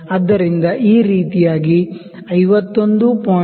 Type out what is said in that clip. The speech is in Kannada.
ಆದ್ದರಿಂದ ಈ ರೀತಿಯಾಗಿ 51